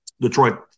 Detroit